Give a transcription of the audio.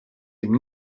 ihm